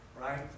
right